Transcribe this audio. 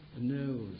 knows